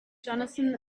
johnathan